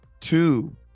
Two